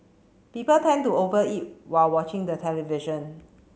people tend to over eat while watching the television